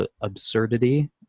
absurdity